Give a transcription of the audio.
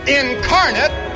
incarnate